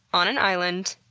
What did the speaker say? on an island.